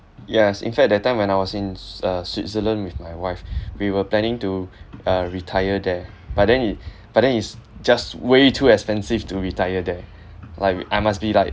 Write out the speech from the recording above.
yes in fact that time when I was in s~ uh switzerland with my wife we were planning to uh retire there but then it but then is just way too expensive to retire there like we I must be like